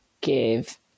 give